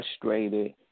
frustrated